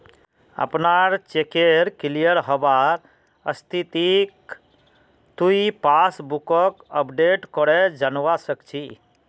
अपनार चेकेर क्लियर हबार स्थितिक तुइ पासबुकक अपडेट करे जानवा सक छी